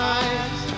eyes